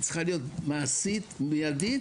היא צריכה להיות מעשית, מיידית,